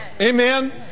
amen